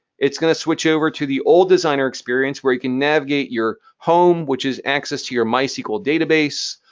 it's going to switch over to the old designer experience where you can navigate your home, which is access to your mysql database.